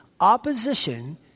opposition